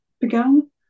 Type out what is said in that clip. began